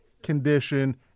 condition